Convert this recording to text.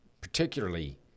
particularly